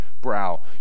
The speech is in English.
brow